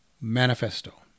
manifesto